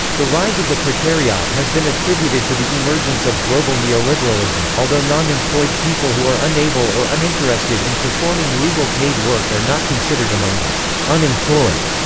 the rise of the precariat has been attributed to the emergence of global neoliberalism although non-employed people who are unable or uninterested in performing legal paid work are not considered among the unemployed,